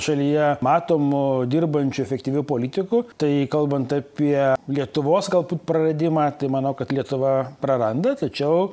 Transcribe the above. šalyje matomu dirbančiu efektyviu politiku tai kalbant apie lietuvos galbūt praradimą tai manau kad lietuva praranda tačiau